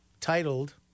titled